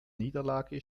niederlage